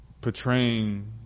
portraying